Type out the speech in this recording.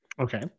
Okay